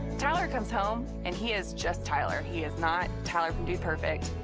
tyler comes home and he is just tyler. he is not tyler from dude perfect.